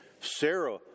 Sarah